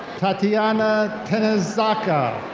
tatiana tenezaca.